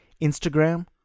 Instagram